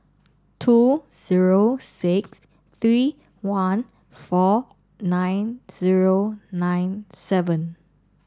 two zero six three one four nine zero nine seven